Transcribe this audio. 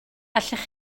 allech